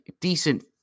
decent